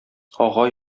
ага